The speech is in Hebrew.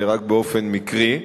רק באופן מקרי.